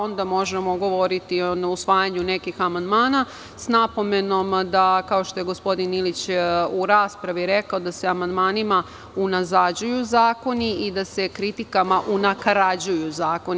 Onda možemo govoriti o usvajanju nekih amandmana, s napomenom da se, kao što je gospodin Ilić u raspravi rekao, amandmanima unazađuju zakoni i da se kritikama unakarađuju zakoni.